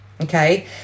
okay